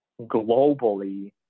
globally